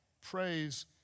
Praise